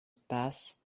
path